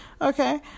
Okay